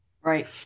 Right